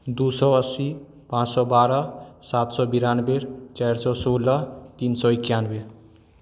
दू सए अस्सी पाँच सए बारह सात सए बेरानबे चारि सए सोलह तीन सए इकानबे